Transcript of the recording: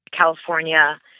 California